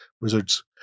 wizards